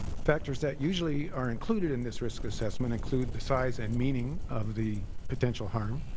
factors that usually are included in this risk assessment include the size and meaning of the potential harm.